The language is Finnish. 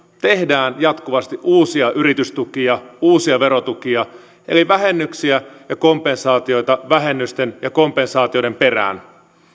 tehdään jatkuvasti uusia yritystukia ja uusia verotukia eli vähennyksiä ja kompensaatioita vähennysten ja kompensaatioiden perään